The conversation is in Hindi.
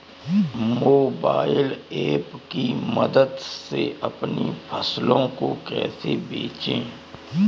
मोबाइल ऐप की मदद से अपनी फसलों को कैसे बेचें?